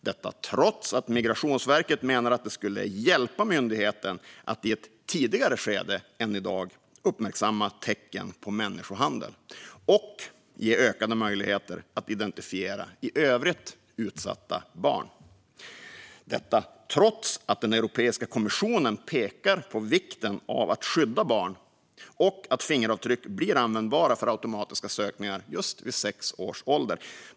Detta gör man trots att Migrationsverket menar att det skulle hjälpa myndigheten att i ett tidigare skede än i dag uppmärksamma tecken på människohandel och ge ökade möjligheter att identifiera i övrigt utsatta barn. Detta gör man trots att Europeiska kommissionen pekar på vikten av att skydda barn och att fingeravtryck blir användbara för automatiska sökningar vid just sex års ålder.